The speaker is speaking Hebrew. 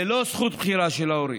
ללא זכות בחירה של ההורים.